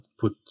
put